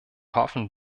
hoffen